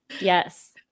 Yes